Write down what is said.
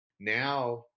Now